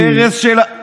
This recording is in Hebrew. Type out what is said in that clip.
ערב של,